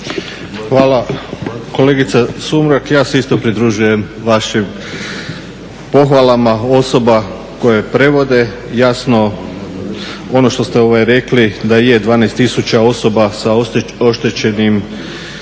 Hvala. Kolegice Sumrak, ja se isto pridružujem vašim pohvalama osoba koje prevode. Jasno, ono što ste rekli da je 12 tisuća osoba sa oštećenim